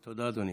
תודה, אדוני.